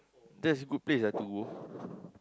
that's good place ah to go